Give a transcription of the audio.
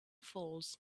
falls